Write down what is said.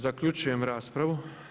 Zaključujem raspravu.